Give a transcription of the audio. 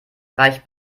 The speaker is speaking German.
reicht